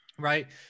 Right